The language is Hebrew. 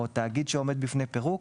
או תאגיד שעומד בפני פירוק,